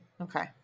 Okay